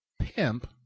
pimp